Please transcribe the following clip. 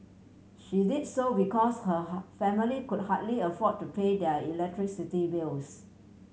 she did so because her family could hardly afford to pay their electricity bills